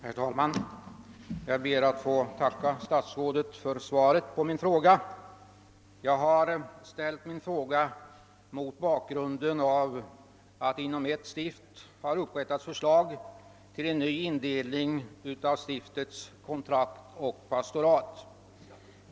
Herr talman! Jag ber att få tacka statsrådet för svaret. Jag framställde min fråga mot bakgrunden av att det inom ett stift har upprättats förslag till ny indelning av stiftets kontrakt och pastorat.